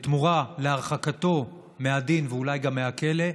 בתמורה להרחקתו מהדין, ואולי גם מהכלא,